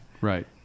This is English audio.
Right